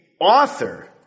author